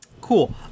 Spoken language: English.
Cool